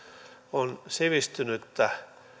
on sivistynyttä